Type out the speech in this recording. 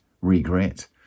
regret